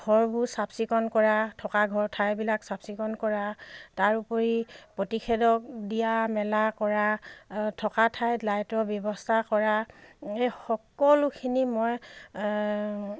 ঘৰবোৰ চাফ চিকুণ কৰা থকা ঘৰ ঠাইবিলাক চাফ চিকণ কৰা তাৰ উপৰি প্ৰতিষেদক দিয়া মেলা কৰা থকা ঠাইত লাইটৰ ব্যৱস্থা কৰা এই সকলোখিনি মই